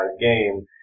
game